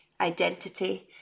identity